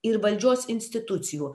ir valdžios institucijų